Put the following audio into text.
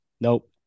nope